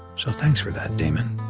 so thanks for that, damon.